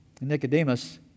Nicodemus